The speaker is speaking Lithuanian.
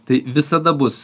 tai visada bus